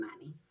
money